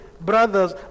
brothers